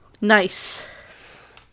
Nice